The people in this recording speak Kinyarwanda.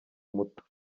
muto